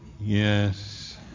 Yes